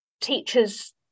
teachers